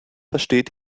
versteht